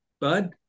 bud